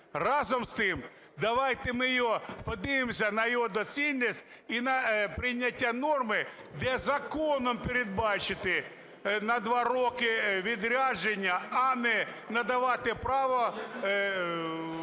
Разом з тим, давайте ми його подивимося на його доцільність і на прийняття норми, де законом передбачити на два роки відрядження, а не надавати право